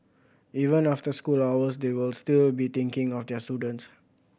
even after school hours they will still be thinking of their students